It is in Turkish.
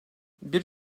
bir